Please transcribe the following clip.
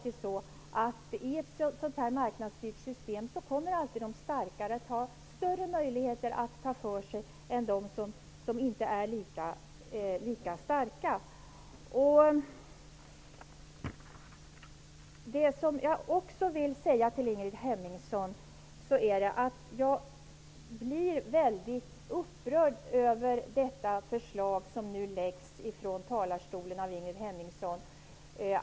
I ett marknadsstyrt system kommer alltid de starkare att ha större möjligheter att ta för sig än de svagare. Jag blir väldigt upprörd över det förslag som nu läggs fram från talarstolen av Ingrid Hemmingsson.